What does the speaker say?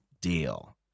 deal